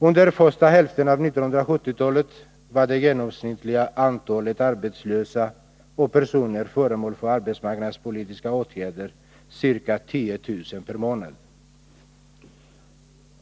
Under första hälften av 1970-talet var det genomsnittliga antalet arbetslösa och personer som var föremål för arbetsmarknadspolitiska åtgärder ca 10000 per månad.